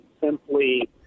simply